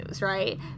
right